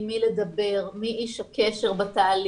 עם מי לדבר, מי איש הקשר בתהליך,